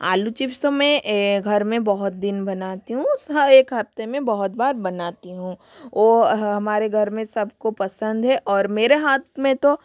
आलू चिप्स तो में घर में बहुत दिन बनाती हूँ एक हफ्ते में बहुत बार बनाती हूँ वो हमारे घर में सबको पसंद है और मेरे हाथ में तो